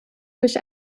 durch